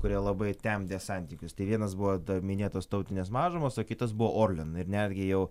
kurie labai temdė santykius tai vienas buvo minėtos tautinės mažumos o kitas buvo orlen ir netgi jau